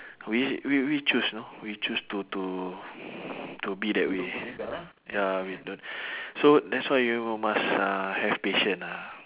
we we we choose you know we chose to to to be that way ya we don't so that's why you must uh have patient ah